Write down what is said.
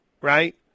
right